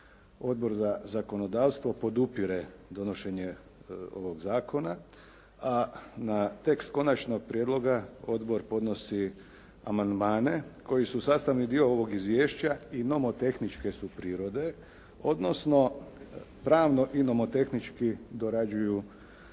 Odbor za zakonodavstvo podupire donošenje ovog zakona, a na tekst konačnog prijedloga Odbor podnosi amandmane koji su sastavni dio ovog izvješća i nomotehničke su prirode, odnosno pravno i nomotehnički dorađuju